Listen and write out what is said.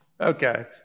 Okay